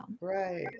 Right